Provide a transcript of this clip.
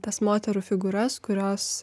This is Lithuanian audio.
tas moterų figūras kurios